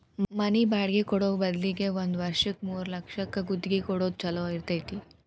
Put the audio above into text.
ಮನಿ ಬಾಡ್ಗಿ ಕೊಡೊ ಬದ್ಲಿ ಒಂದ್ ವರ್ಷಕ್ಕ ಮೂರ್ಲಕ್ಷಕ್ಕ ಗುತ್ತಿಗಿ ಕೊಡೊದ್ ಛೊಲೊ ಇರ್ತೆತಿ